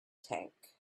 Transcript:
tank